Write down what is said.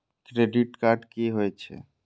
Credit card की होई छै?